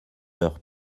heures